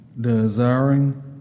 desiring